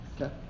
Okay